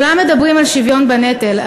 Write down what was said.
כולם מדברים על שוויון בנטל,